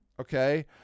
Okay